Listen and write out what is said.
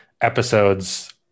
episodes